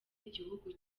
igihugu